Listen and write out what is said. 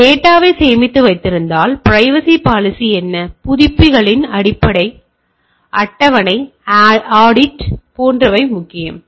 எனவே நான் டேட்டாவை சேமித்து வைத்திருந்தால் பிரைவசி பாலிசி என்ன புதுப்பிப்புகளின் அட்டவணை ஆடிட் போன்றவை முக்கியம்